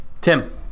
Tim